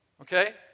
Okay